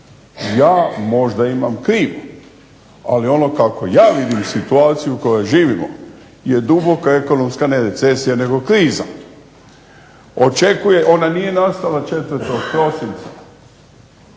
Ja možda imam krivo, ali ono kako ja vidim situaciju u kojoj živimo je duboka ekonomska ne recesija nego kriza. Ona nije nastala 4. prosinca,